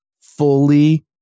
fully